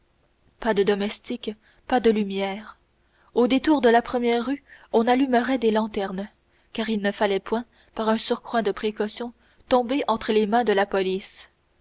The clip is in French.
pas de domestique pas de lumière au détour de la première rue on allumerait des lanternes car il ne fallait point par un surcroît de précautions tomber entre les mains de la police